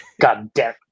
goddamn